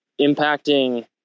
impacting